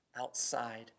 outside